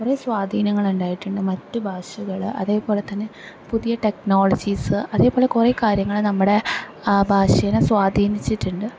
കുറെ സ്വാധീനങ്ങളുണ്ടായിട്ടുണ്ട് മറ്റ് ഭാഷകള് അതേപോലെത്തന്നെ പുതിയ ടെക്നോളജീസ്സ് അതേപോലെ കുറെ കാര്യങ്ങള് നമ്മുടെ ഭാഷേനെ സ്വാധീനിച്ചിട്ടുണ്ട്